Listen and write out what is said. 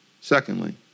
Secondly